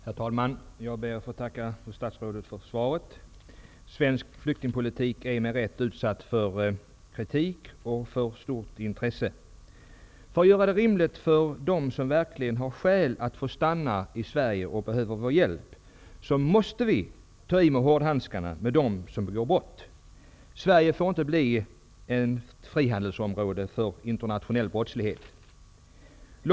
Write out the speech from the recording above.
Herr talman! Jag ber att få tacka fru statsrådet för svaret. Svensk flyktingpolitik är med rätta utsatt för kritik och föremål för stort intresse. För att de som verkligen har skäl att få stanna i Sverige skall få rimliga förhållanden måste man ta i med hårdhandskarna när det gäller de flyktingar som begår brott. Sverige får inte bli ett frihandelsområde för internationell brottslighet.